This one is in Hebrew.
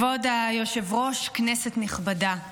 היושב-ראש, כנסת נכבדה,